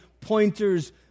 pointers